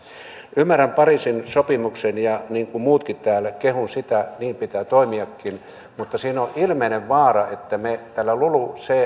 ymmärrän pariisin sopimuksen ja niin kuin muutkin täällä kehun sitä niin pitää toimiakin mutta siinä on ilmeinen vaara että me tällä lulucf